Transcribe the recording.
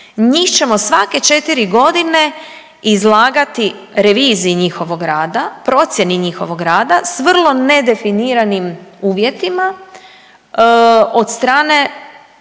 njih ćemo svake 4 godine izlagati reviziji njihovog rada, procjeni njihovog rada s vrlo nedefiniranim uvjetima od strane